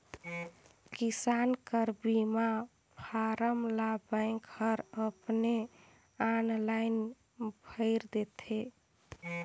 किसान कर बीमा फारम ल बेंक हर अपने आनलाईन भइर देथे